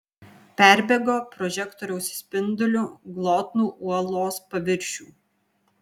perbėgo prožektoriaus spinduliu glotnų uolos paviršių